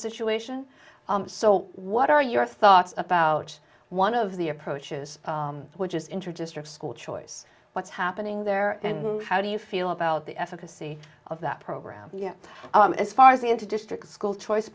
situation so what are your thoughts about one of the approaches which is interdistrict school choice what's happening there and how do you feel about the efficacy of that program yet as far as the into district school choice